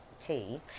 Tea